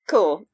Cool